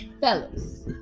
fellas